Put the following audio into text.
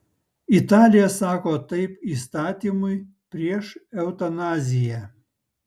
italija sako taip įstatymui prieš eutanaziją